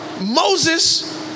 Moses